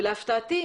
להפתעתי,